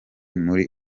muri